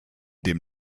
dem